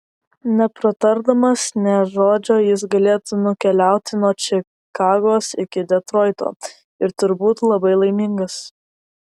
nepratardamas nė žodžio jis galėtų nukeliauti nuo čikagos iki detroito ir turbūt labai laimingas